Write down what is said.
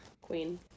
Queen